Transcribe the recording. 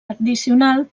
addicional